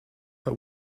her